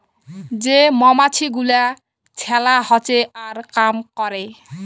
যে মমাছি গুলা ছেলা হচ্যে আর কাম ক্যরে